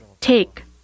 take